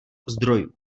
zdrojů